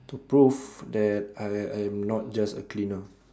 to prove that I I'm not just a cleaner